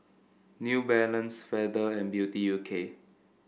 New Balance Feather and Beauty U K